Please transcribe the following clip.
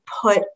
put